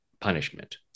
punishment